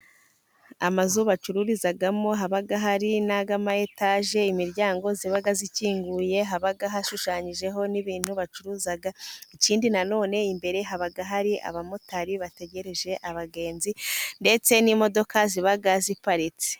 Amazu bacururizamo, haba hari n'ay'ama etaje, imiryango iba ikinguye, haba hashushanyijeho n'ibintu bacuruza, ikindi nanone imbere haba hari abamotari bategereje abagenzi, ndetse n'imodoka ziba ziparitse.